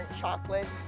chocolates